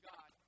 God